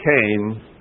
came